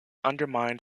undermined